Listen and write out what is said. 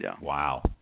Wow